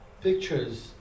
pictures